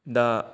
दा